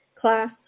class